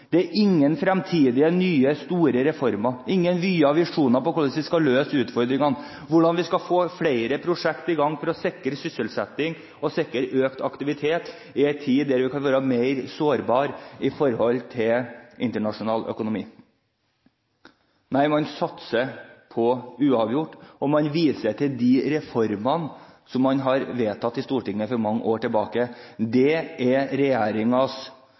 Det er ingen fremtidige, nye, store reformer – ingen vyer og visjoner om hvordan vi skal løse utfordringene, hvordan vi skal få flere prosjekter i gang for å sikre sysselsetting og sikre økt aktivitet, i en tid der vi er mer sårbare med tanke på internasjonal økonomi. Nei, man satser på uavgjort, og man viser til de reformene man vedtok i Stortinget for mange år tilbake. Det er